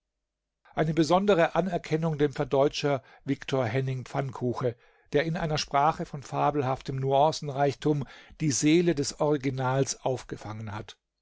eine besondere anerkennung dem verdeutscher victor henning pfannkuche der in einer sprache von fabelhaftem nuancenreichtum die seele des originals aufgefangen hat